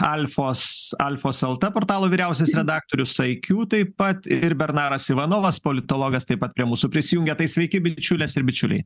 alfos alfos lt portalo vyriausias redaktorius aikiū taip pat ir bernaras ivanovas politologas taip pat prie mūsų prisijungė tai sveiki bičiulės ir bičiuliai